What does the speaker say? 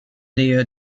nähe